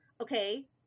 okay